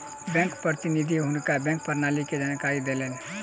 bank प्रतिनिधि हुनका bank प्रणाली के जानकारी देलैन